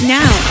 now